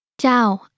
Chào